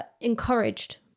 Encouraged